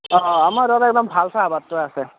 অ' আমাৰ তাতে একদম ভাল চাহপাতটোয়ে আছে